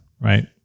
Right